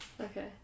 Okay